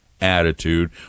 attitude